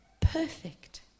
Perfect